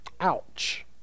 Ouch